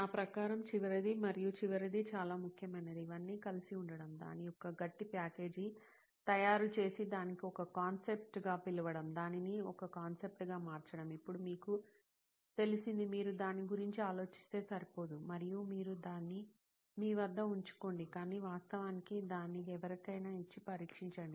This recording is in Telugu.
నా ప్రకారం చివరిది మరియు చివరిది చాలా ముఖ్యమైనది ఇవన్నీ కలిసి ఉండడం దాని యొక్క గట్టి ప్యాకేజీని తయారు చేసి దానిని ఒక కాన్సెప్ట్గా పిలవడం దానిని ఒక కాన్సెప్ట్గా మార్చడం ఇప్పుడు మీకు తెలిసింది మీరు దాని గురించి ఆలోచిస్తే సరిపోదు మరియు మీరు దాన్ని మీ వద్ద ఉంచుకోండి కానీ వాస్తవానికి దాన్ని ఎవరికైనా ఇచ్చి పరీక్షించండి